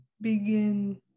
begin